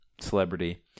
celebrity